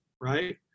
right